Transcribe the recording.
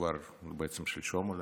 בעצם אולי